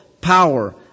power